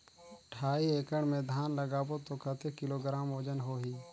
ढाई एकड़ मे धान लगाबो त कतेक किलोग्राम वजन होही?